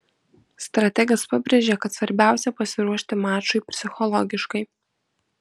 strategas pabrėžė kad svarbiausia pasiruošti mačui psichologiškai